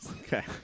Okay